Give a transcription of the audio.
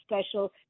special